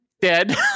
dead